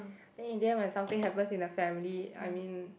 then in the end when something happens in the family I mean